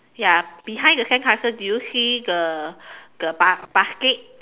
ya behind the sandcastle do you see the the ba~ basket